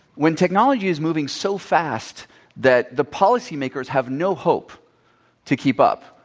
when technology is moving so fast that the policy makers have no hope to keep up,